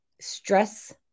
stress